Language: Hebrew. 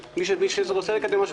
היועץ המשפטי, מי שרוצה לקדם משהו,